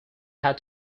had